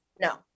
No